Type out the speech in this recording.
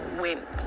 went